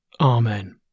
Amen